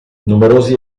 numerosi